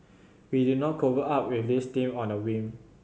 we did not cobble up with this team on a whim